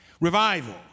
Revival